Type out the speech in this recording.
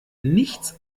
nichts